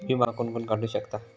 विमा कोण कोण काढू शकता?